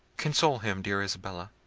console him, dear isabella,